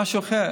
אין משהו אחר,